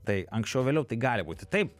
tai anksčiau ar vėliau tai gali būti taip